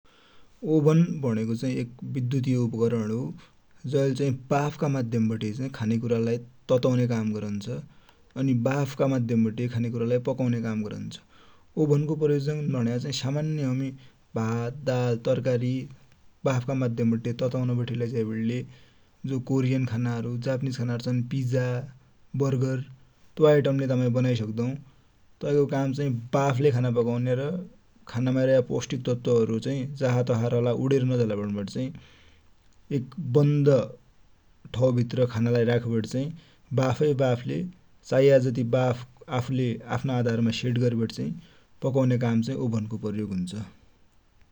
ओभन भनेको चाइ एक बिधुतिय उपकरण हो। जैले चाइ बाफ का माध्यम बठे खानेकुरा लाइ ततउने काम गरन्छ । अनि बाफ का माध्यम बठे खानेकुरालाइ पकौने काम गरन्छ। ओभन को प्रयोग भनेको चाइ सामान्य हमि भात, दाल, तरकरि बाफ का माध्यम बठे ततौने बठे लैझाइबटी जो कोरियन खाना जापनिज खाना छ्न पिजा बर्गर तो आइटम ले तामाइ बनाइ सक्दौ। तै को काम चै बाफ ले खाना पकौने र खाना माइ रहेको पौस्टिक तत्वो हरु चाइ जसा का तसा रला उडेर नझाला भन्बटी चाइ एक बन्द ठाउ भित्र खाना लाइ राख्बटी चाइ बाफै बाफ ले चाएको जति बाफ आफ्ना आधार ले सेट गर्बटी पक​औने काम मा ओभन को प्रयोग हुन्छ।